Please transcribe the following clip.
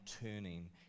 turning